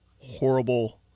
horrible